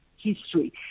history